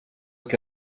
que